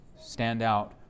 standout